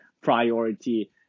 priority